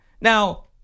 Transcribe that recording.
Now